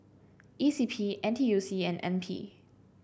E C P N T U C and N P